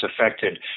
affected